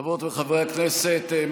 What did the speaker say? חברות וחברי הכנסת,